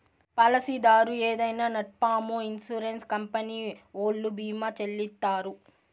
పాలసీదారు ఏదైనా నట్పూమొ ఇన్సూరెన్స్ కంపెనీ ఓల్లు భీమా చెల్లిత్తారు